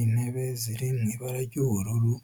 Intebe ziri mu ibara ry'ubururu